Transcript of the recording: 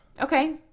Okay